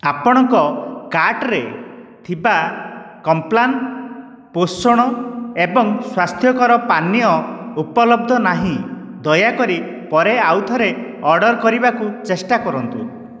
ଆପଣଙ୍କ କାର୍ଟ୍ରେ ଥିବା କମ୍ପ୍ଲାନ ପୋଷଣ ଏବଂ ସ୍ଵାସ୍ଥ୍ୟକର ପାନୀୟ ଉପଲବ୍ଧ ନାହିଁ ଦୟାକରି ପରେ ଆଉଥରେ ଅର୍ଡ଼ର୍ କରିବାକୁ ଚେଷ୍ଟା କରନ୍ତୁ